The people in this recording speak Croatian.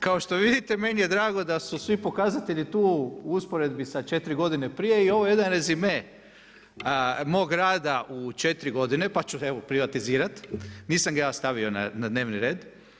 Kao što vidite meni je drago su svi pokazatelji tu u usporedbi sa 4 godine prije, i ovo je jedan rezime mog rada u 4 godine pa ću evo privatizirat, nisam ga ja stavio na dnevni red.